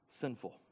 sinful